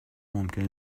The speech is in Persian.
ممکنه